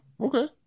Okay